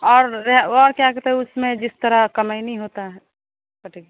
और और क्या कहते उसमें जिस तरह कमैनी होता है कटै